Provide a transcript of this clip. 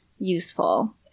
Useful